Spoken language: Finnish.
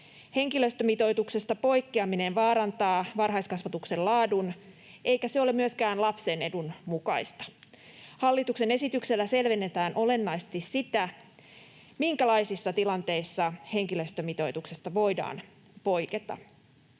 Henkilöstömitoituksesta poikkeaminen vaarantaa varhaiskasvatuksen laadun, eikä se ole myöskään lapsen edun mukaista. Hallituksen esityksellä selvennetään olennaisesti sitä, minkälaisissa tilanteissa henkilöstömitoituksesta voidaan poiketa.